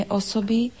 osoby